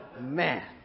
Man